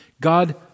God